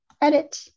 edit